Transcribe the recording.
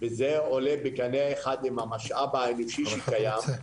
וזה עולה בקנה אחד עם המשאב האנושי שקיים,